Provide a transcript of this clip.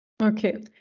Okay